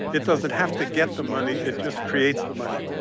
it doesn't have to get the money. it just creates the money,